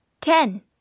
Ten